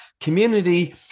community